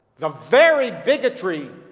the very bigotry